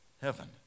heaven